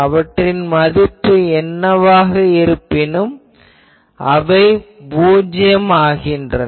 அவற்றின் மதிப்பு என்னவாக இருப்பினும் அவை பூஜ்யம் ஆகின்றன